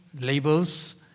labels